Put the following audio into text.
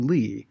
Lee